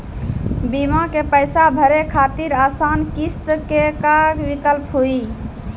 बीमा के पैसा भरे खातिर आसान किस्त के का विकल्प हुई?